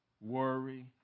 worry